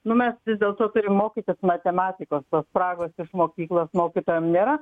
nu mes vis dėlto turim mokytis matematikos tos spragos iš mokyklos mokytojam nėra